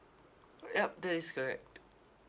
err yup that is correct